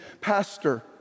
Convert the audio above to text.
pastor